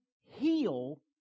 heal